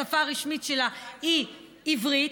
השפה הרשמית שלה היא עברית.